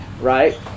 right